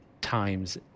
times